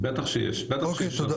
בטח שאפשר.